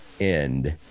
end